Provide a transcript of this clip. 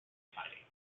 fighting